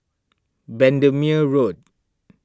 Bendemeer Road